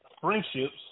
friendships